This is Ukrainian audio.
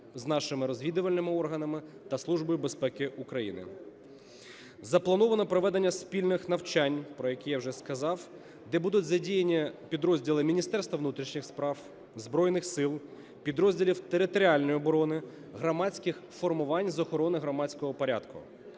з нашими розвідувальними органами та Службою безпеки України. Заплановано проведення спільних навчань, про які я вже сказав, де будуть задіяні підрозділи Міністерства внутрішніх справ, Збройних Сил, підрозділів територіальної оборони, громадських формувань з охорони громадського порядку,